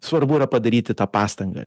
svarbu yra padaryti tą pastangą